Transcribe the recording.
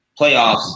playoffs